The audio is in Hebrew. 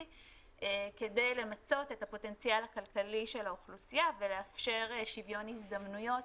כדי למצות את הפוטנציאל הכלכלי של האוכלוסייה ולאפשר שוויון הזדמנויות